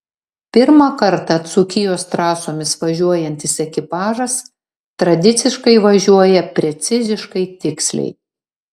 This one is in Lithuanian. pirmą kartą dzūkijos trasomis važiuojantis ekipažas tradiciškai važiuoja preciziškai tiksliai